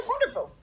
wonderful